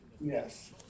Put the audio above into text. Yes